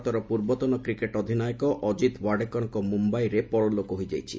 ଭାରତର ପୂର୍ବତନ କ୍ରିକେଟ୍ ଅଧିନାୟକ ଅଜିତ୍ ୱାଡେକରଙ୍କର ମ୍ବମ୍ଭାରେ ପରଲୋକ ହୋଇଯାଇଛି